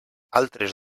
altres